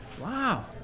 Wow